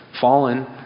fallen